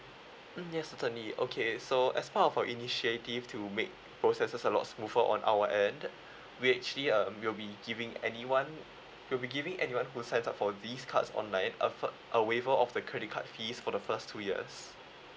mm yes certainly okay so as part of our initiative to make processes a lot smoother for on our end we actually um we'll be giving anyone we'll be giving anyone who sign up for these cards online a waiver of the credit card fees for the first two years